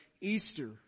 Easter